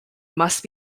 must